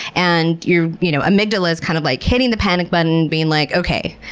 and your you know amygdala is kind of like hitting the panic button and being like, okay,